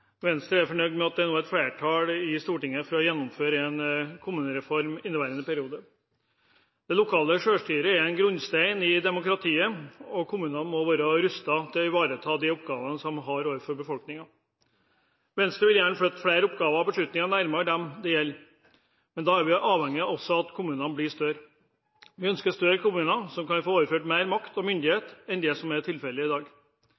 grunnstein i demokratiet, og kommunene må være rustet til å ivareta de oppgaver en har overfor befolkningen. Venstre vil gjerne flytte flere oppgaver og beslutninger nærmere dem det gjelder, men da er vi også avhengig av at kommunene blir større. Vi ønsker større kommuner som kan få overført mer makt og myndighet enn det som er tilfellet i dag.